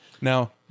Now